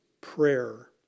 prayer